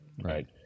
Right